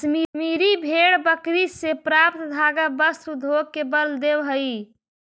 कश्मीरी भेड़ बकरी से प्राप्त धागा वस्त्र उद्योग के बल देवऽ हइ